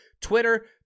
Twitter